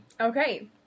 Okay